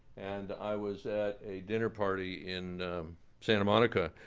and i was at a dinner party in santa monica.